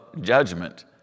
judgment